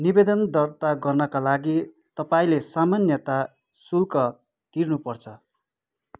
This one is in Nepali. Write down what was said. निवेदन दर्ता गर्नाका लागि तपाईँले सामान्यतः शुल्क तिर्नुपर्छ